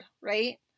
Right